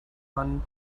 mann